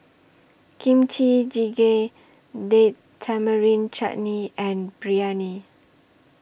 Kimchi Jjigae Date Tamarind Chutney and Biryani